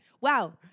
Wow